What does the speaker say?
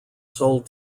sold